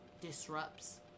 disrupts